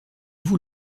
vous